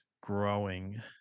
growing